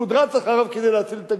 שהוא עוד רץ אחריו כדי להציל את הגדי.